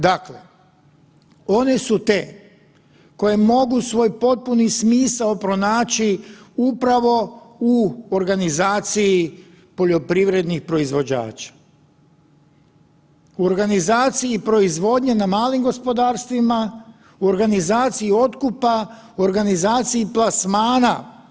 Dakle, one su te koje mogu svoj potpuni smisao pronaći upravo u organizaciji poljoprivrednih proizvođača, u organizaciji proizvodnje na malim gospodarstvima, u organizaciji otkupa, u organizaciji plasmana.